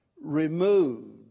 removed